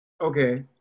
okay